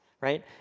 right